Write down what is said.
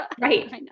Right